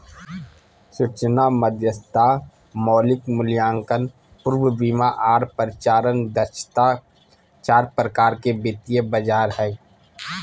सूचना मध्यस्थता, मौलिक मूल्यांकन, पूर्ण बीमा आर परिचालन दक्षता चार प्रकार के वित्तीय बाजार हय